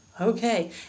Okay